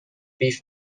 بیف